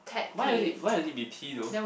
why does it why does it be T though